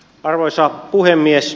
arvoisa puhemies